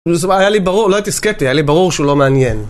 זאת אומרת, היה לי ברור, לא הייתי סקפטי, היה לי ברור שהוא לא מעניין.